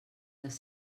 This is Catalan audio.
les